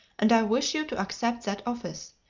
and i wish you to accept that office,